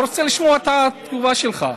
לא רוצה לשמוע את התגובה שלך.